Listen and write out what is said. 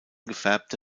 gefärbte